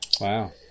Wow